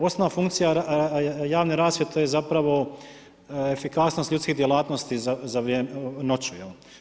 Osnovna funkcija javne rasvjete je zapravo efikasnost ljudskih djelatnosti noću.